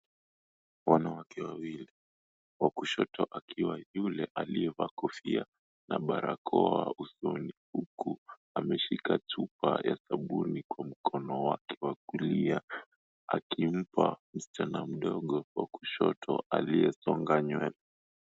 Wanawake wawili wakushoto akiwa yule aliyevaa kofia na barakoa usoni, huku ameshika chupa ya kunguni kwa mkono wake wakilia akimpa msichana mdogo kwa kushoto aliyesonga nywele.